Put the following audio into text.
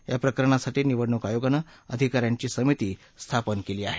या प्रकरणासाठी निवडणूक आयोगानं अधिका यांची समिती स्थापन केली आहे